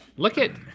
look at,